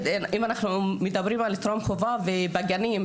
אם אנחנו מדברים על חינוך טרום חובה בגנים,